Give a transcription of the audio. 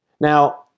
Now